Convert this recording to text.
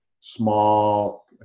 small